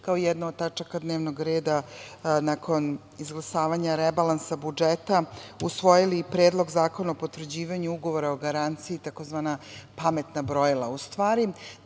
kao jednu od tačaka dnevnog reda nakon izglasavanja rebalansa budžeta usvojili i Predlog zakona o potvrđivanju Ugovora o garanciji tzv. pametna brojila.U